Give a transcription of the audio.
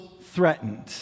threatened